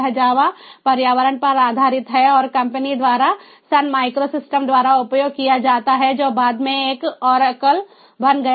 यह जावा पर्यावरण पर आधारित है और कंपनी द्वारा सन माइक्रोसिस्टम्स द्वारा उपयोग किया जाता है जो बाद में एक ओरेकल बन गया